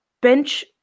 bench